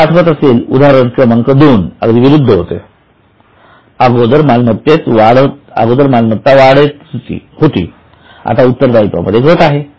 तुम्हाला आठवत असेल उदाहरण क्रमांक दोन अगदी विरुद्ध होते अगोदर मालमत्तेत वाढत होती आता उत्तरदायित्व मध्ये घट आहे